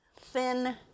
thin